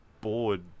bored